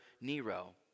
Nero